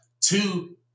two